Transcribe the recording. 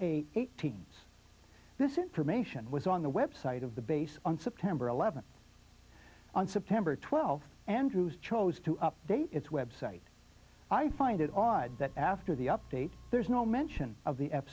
eighteen this information was on the web site of the base on september eleventh on september twelfth andrews chose to update its website i find it odd that after the update there is no mention of the f